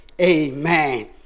Amen